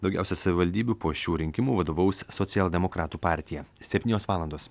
daugiausia savivaldybių po šių rinkimų vadovaus socialdemokratų partija septynios valandos